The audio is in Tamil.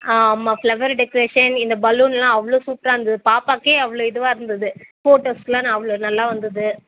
ஆ ஆமாம் ஃப்ளவர் டெக்ரேஷன் இந்த பலூன்லாம் அவ்வளோ சூப்பராக இருந்தது பாப்பாக்கே அவ்வளோ இதுவாக இருந்தது ஃபோட்டோஸெலாம் ந அவ்வளோ நல்லா வந்தது